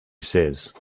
says